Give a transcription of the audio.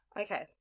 Okay